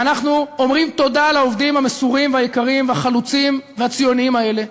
ואנחנו אומרים תודה לעובדים המסורים והיקרים והחלוצים והציונים האלה,